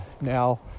now